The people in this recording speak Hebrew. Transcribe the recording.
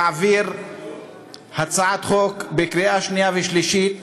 הצלחנו להעביר הצעת חוק בקריאה שנייה ושלישית,